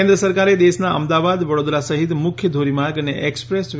કેન્દ્ર સરકારે દેશના અમદાવાદ વડોદરા સહિત મુખ્ય ધોરીમાર્ગ અને એક્સપ્રેસ